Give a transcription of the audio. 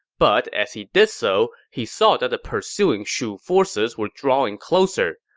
but as he did so, he saw that the pursuing shu forces were drawing closer.